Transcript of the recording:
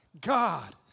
God